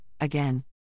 again